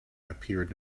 appeared